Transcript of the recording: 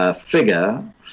figure